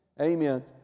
Amen